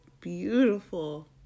beautiful